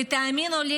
ותאמינו לי,